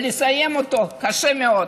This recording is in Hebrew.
ולסיים אותו, קשה מאוד.